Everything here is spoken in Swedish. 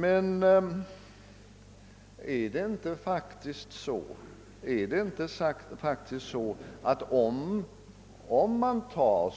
Men är det inte så att man faktiskt är nära en sådan gräns om man